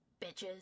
bitches